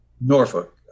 Norfolk